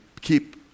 keep